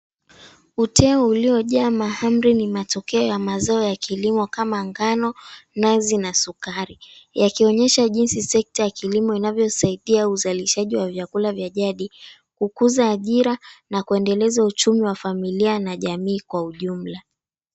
Uteo uliojaa mahamri ni matokeo ya mazao ya kilimo kama ngano, nazi na sukari. Yakionyesha jinsi sekta ya kilimo inavyosaidia uzalishaji wa vyakula vya jadi, kukuza ajira na kuendeleza uchumi wa familia na jamii kwa ujumla.